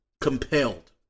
compelled